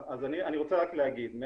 אני רוצה רק להגיד,